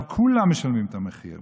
עכשיו כולם משלמים את המחיר.